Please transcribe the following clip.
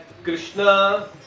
Krishna